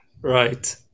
right